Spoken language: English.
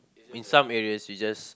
in some areas we just